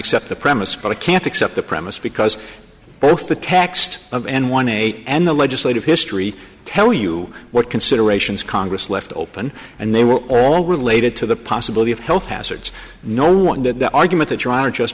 accept the premise but i can't accept the premise because both the text of and one eight and the legislative history tell you what considerations congress left open and they were all related to the possibility of health hazards no one did the argument that your honor just